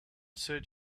said